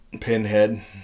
Pinhead